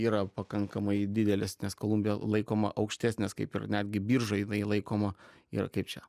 yra pakankamai didelis nes kolumbija laikoma aukštesnės kaip ir netgi biržoj jinai laikoma yra kaip čia